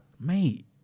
mate